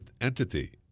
entity